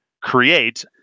create